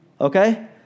okay